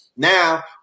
Now